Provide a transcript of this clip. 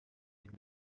had